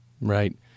Right